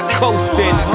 coasting